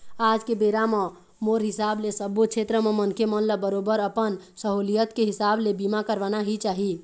आज के बेरा म मोर हिसाब ले सब्बो छेत्र म मनखे मन ल बरोबर अपन सहूलियत के हिसाब ले बीमा करवाना ही चाही